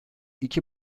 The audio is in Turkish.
i̇ki